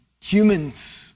Humans